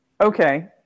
Okay